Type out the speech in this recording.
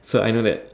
so I know that